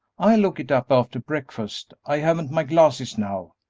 i'll look it up after breakfast i haven't my glasses now,